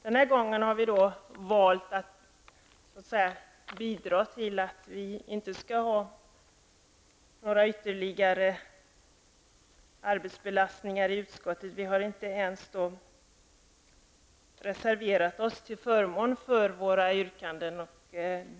Den här gången har vi valt att inte medverka till att ytterligare öka arbetsbelastningen i utskottet. Vi har inte ens reserverat oss till förmån för våra yrkanden.